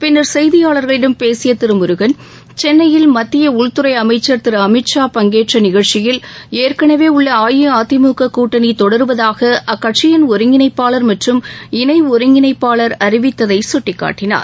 பின்னர் செய்தியாளர்களிடம் பேசிய திரு முருகன் சென்னையில் அண்மையில் மத்திய உள்துறை அமைச்சர் திரு அமித் ஷா பங்கேற்ற நிகழ்ச்சியில் ஏற்களவே உள்ள அஇஅதிமுக கூட்டணி தொடருவதாக அக்கட்சியின் ஒருங்கிணைப்பாளர் மற்றும் இணை ஒருங்கிணைப்பாளர் அறிவித்ததை சுட்டிக்காட்டினார்